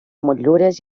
motllures